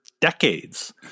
decades